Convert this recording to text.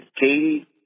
Katie